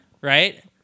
Right